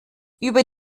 über